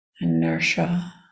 inertia